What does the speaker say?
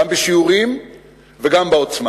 גם בשיעורים וגם בעוצמה,